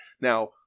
Now